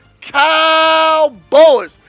Cowboys